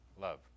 love